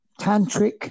tantric